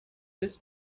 this